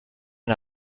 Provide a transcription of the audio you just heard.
and